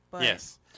Yes